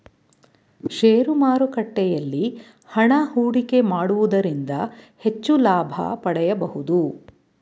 share ಮಾರುಕಟ್ಟೆಯಲ್ಲಿ ಹಣ ಹೂಡಿಕೆ ಮಾಡುವುದರಿಂದ ಹೆಚ್ಚು ಲಾಭ ಪಡೆಯಬಹುದು